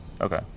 Okay